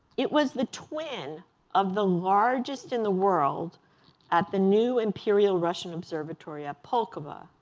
it was the twin of the largest in the world at the new imperial russian observatory at pulkovo.